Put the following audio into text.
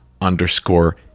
underscore